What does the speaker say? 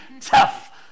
tough